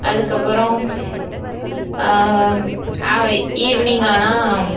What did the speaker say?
அதுக்கப்புறம் ஈவ்னிங் ஆனால்